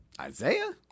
Isaiah